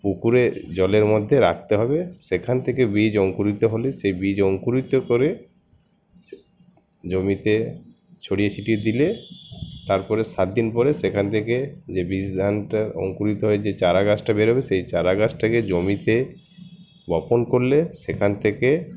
পুকুরে জলের মধ্যে রাখতে হবে সেখান থেকে বীজ অঙ্কুরিত হলে সেই বীজ অঙ্কুরিত করে জমিতে ছড়িয়ে ছিটিয়ে দিলে তারপরে সাত দিন পরে সেখান থেকে যে বীজ ধানটা অঙ্কুরিত হয় চারা গাছটা বেরোবে সেই চারা গাছটাকে জমিতে বপন করলে সেখান থেকে